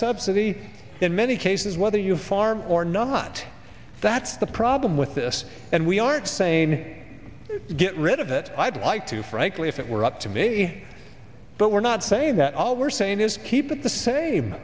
subsidy in many cases whether you farm or not that's the problem with this and we aren't saying get rid of it i'd like to frankly if it were up to me but we're not saying that all we're saying is keep it the same